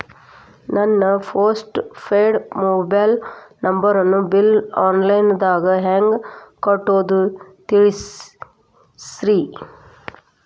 ನನ್ನ postpaid mobile ನಂಬರನ್ನು bill online ದಾಗ ಹೆಂಗ್ ಕಟ್ಟೋದು ತಿಳಿಸ್ರಿ